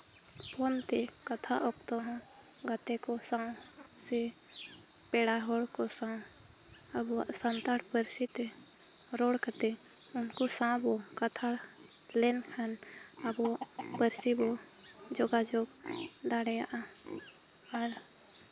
phone ᱛᱮ ᱠᱟᱛᱷᱟᱜ ᱚᱠᱛᱚ ᱦᱚᱸ ᱜᱟᱛᱮ ᱠᱚ ᱥᱟᱶ ᱥᱮ ᱯᱮᱲᱟ ᱦᱚᱲ ᱠᱚ ᱥᱟᱶ ᱟᱵᱚᱣᱟᱜ ᱥᱟᱱᱛᱟᱲ ᱯᱟᱹᱨᱥᱤ ᱛᱮ ᱨᱚᱲ ᱠᱟᱛᱮ ᱩᱱᱠᱩ ᱥᱟᱶ ᱵᱚᱱ ᱠᱟᱛᱷᱟ ᱞᱮᱱᱠᱷᱟᱱ ᱟᱵᱚ ᱯᱟᱹᱨᱥᱤ ᱵᱚ ᱡᱳᱜᱟᱡᱳᱜᱽ ᱫᱟᱲᱮᱭᱟᱜᱼᱟ ᱟᱨ